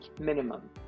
minimum